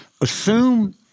Assume